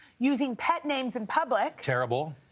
using pet names in public. terrible.